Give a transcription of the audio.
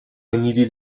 needed